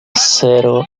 cero